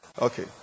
Okay